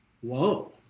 whoa